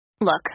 Look